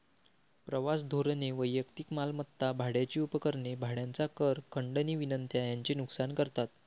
प्रवास धोरणे वैयक्तिक मालमत्ता, भाड्याची उपकरणे, भाड्याच्या कार, खंडणी विनंत्या यांचे नुकसान करतात